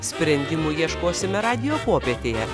sprendimų ieškosime radijo popietėje